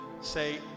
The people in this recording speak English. Say